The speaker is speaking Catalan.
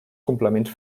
complements